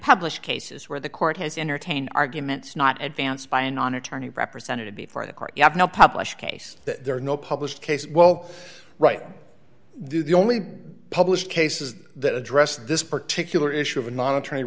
published cases where the court has entertained arguments not advanced by an on attorney representative before the court you have no published case that there are no published case well right now the only published case is that address this particular issue